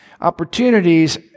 Opportunities